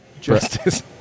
Justice